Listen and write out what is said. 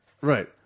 right